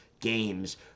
games